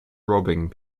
robbing